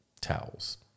towels